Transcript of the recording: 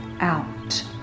out